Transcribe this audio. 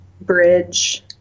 bridge